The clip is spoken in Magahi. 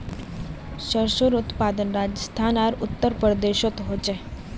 सर्सोंर उत्पादन राजस्थान आर उत्तर प्रदेशोत होचे